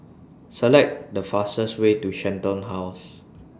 Select The fastest Way to Shenton House